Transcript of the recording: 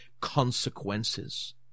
consequences